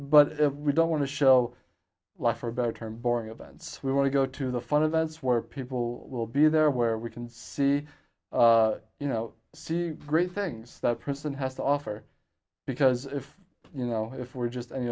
but we don't want to show life for a better term boring events we want to go to the fun events where people will be there where we can see you know see great things that person has to offer because if you know if we're just